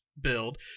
build